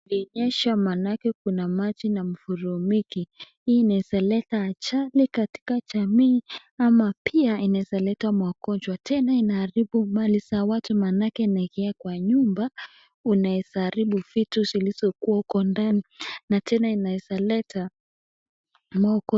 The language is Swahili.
Inaonyesha maanake kuna maji na mfuriko hii inaeza leta ajali katika jamii ama pia inaeza leta magonjwa. Tena inaharibu mali za watu maanake ikiingia kwa nyumba unaeza haribu vitu zilizokuwa huko ndani na tena inaeza leta magonjwa.